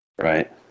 Right